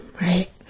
Right